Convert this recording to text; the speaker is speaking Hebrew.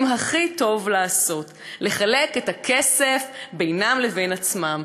כי טוב לעשות לחלק את הכסף בינם לבין עצמם.